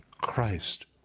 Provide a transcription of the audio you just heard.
Christ